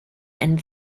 and